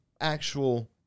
actual –